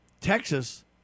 Texas